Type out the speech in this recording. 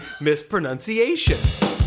Mispronunciation